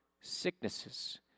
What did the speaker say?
sicknesses